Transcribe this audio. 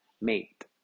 mate